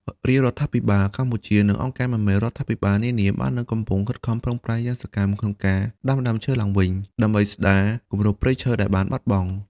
រាជរដ្ឋាភិបាលកម្ពុជា និងអង្គការមិនមែនរដ្ឋាភិបាលនានា បាននិងកំពុងខិតខំប្រឹងប្រែងយ៉ាងសកម្មក្នុងការដាំដើមឈើឡើងវិញ ដើម្បីស្ដារគម្របព្រៃឈើដែលបានបាត់បង់។